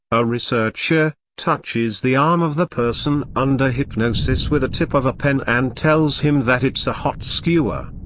a researcher, touches the arm of the person under hypnosis with a tip of a pen and tells him that it's a hot skewer.